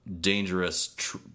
dangerous